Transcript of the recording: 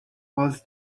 was